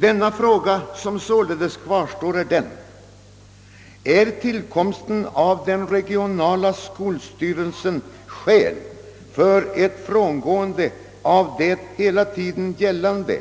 Den fråga som fortfarande är obesvarad är alltså: Utgör tillkomsten av den regionala skolstyrelsen skäl för ett frångående av det hela tiden gällande